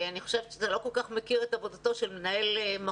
אני חושבת שאתה לא כל כך מכיר את עבודתו של מנהל מחוז.